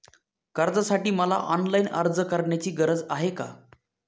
कर्जासाठी मला ऑनलाईन अर्ज करण्याची गरज आहे का?